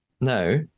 now